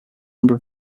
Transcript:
number